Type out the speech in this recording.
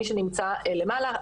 מי שנמצא למעלה,